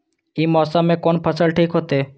ई मौसम में कोन फसल ठीक होते?